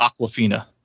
Aquafina